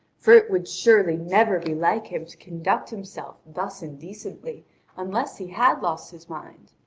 for it would surely never be like him to conduct himself thus indecently unless he had lost his mind.